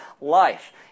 life